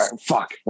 Fuck